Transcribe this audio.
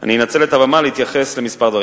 אני אנצל את הבמה להתייחס לכמה דברים.